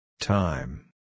Time